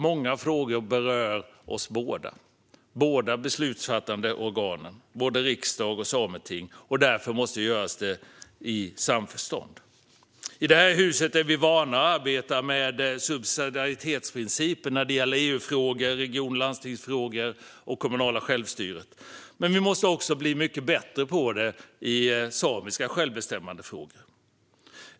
Många frågor berör både riksdagen och Sametinget, och då måste det ske i samförstånd. I det här huset är vi vana vid att arbeta med subsidiaritetsprincipen när det gäller EU-frågor, region och landstingsfrågor och frågor som rör det kommunala självstyret. Vi måste bli bättre på det också det när det gäller samiska självbestämmandefrågor.